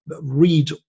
read